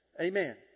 Amen